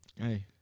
Hey